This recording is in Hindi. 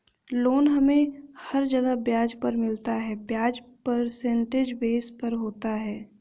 लोन हमे हर जगह ब्याज पर मिलता है ब्याज परसेंटेज बेस पर होता है